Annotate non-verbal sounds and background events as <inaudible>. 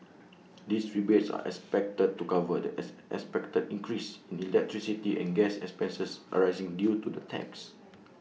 these rebates are expected to cover the <unintelligible> expected increase in electricity and gas expenses arising due to the tax